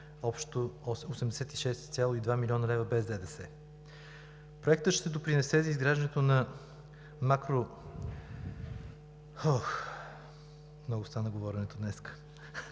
общо 86,2 млн. лв. без ДДС. Проектът ще допринесе за изграждането на макро…, ох, много стана говоренето днес,